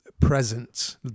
present